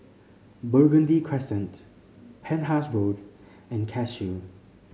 Burgundy Crescent Penhas Road and Cashew